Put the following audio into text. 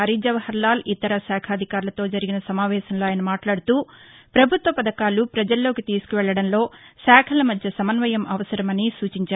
హరిజవహర్లాల్ ఇతర శాఖాధికారులతో జరిగిన సమావేశంలో ఆయన మాట్లాడుతూ ప్రభుత్వ పథకాలు ప్రజల్లోకి తీసుకెళ్లడంలో శాఖల మధ్య సమన్వయం అవసరమని సూచించారు